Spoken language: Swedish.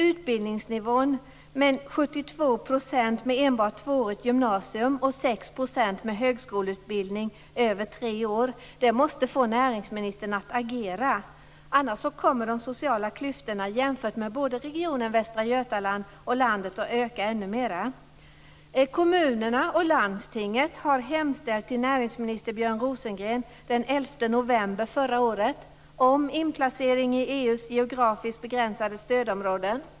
Utbildningsnivån - 72 % med enbart tvåårigt gymnasium och 6 % med högskoleutbildning över tre år - måste få näringsministern att agera, för annars kommer de sociala klyftorna jämfört med både regionen Västra Götaland och landet att öka ännu mera. Kommunerna och landstinget har den Rosengren hemställt om inplacering i EU:s geografiskt begränsade stödområden.